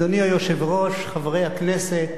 אדוני היושב-ראש, חברי הכנסת,